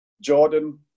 Jordan